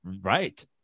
Right